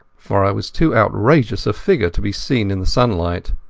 for i was too outrageous a figure to be seen in the sunlight.